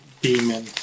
demon